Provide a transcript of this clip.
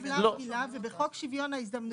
בחוק שוויון ההזדמנויות